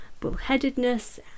bullheadedness